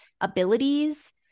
abilities